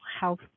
health